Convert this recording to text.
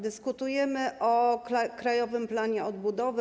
Dyskutujemy o Krajowym Planie Odbudowy.